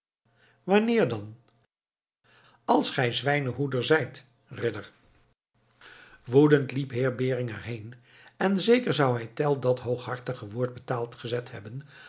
wanneer dan als gij zwijnenhoeder zijt ridder woedend liep heer beringer heen en zeker zou hij tell dat hooghartige woord betaald gezet hebben